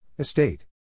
Estate